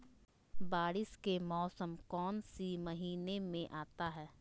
बारिस के मौसम कौन सी महीने में आता है?